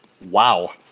Wow